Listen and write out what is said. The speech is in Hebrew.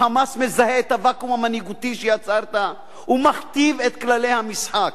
ה"חמאס" מזהה את הוואקום המנהיגותי שיצרת ומכתיב את כללי המשחק.